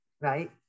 right